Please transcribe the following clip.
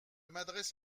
m’adresse